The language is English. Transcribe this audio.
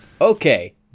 Okay